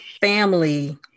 family